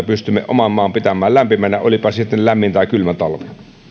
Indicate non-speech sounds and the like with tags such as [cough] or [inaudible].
[unintelligible] pystymme oman maan pitämään lämpimänä olipa sitten lämmin tai kylmä talvi